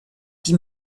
die